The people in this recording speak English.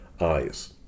eyes